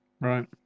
Right